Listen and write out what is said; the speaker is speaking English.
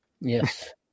Yes